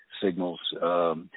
signals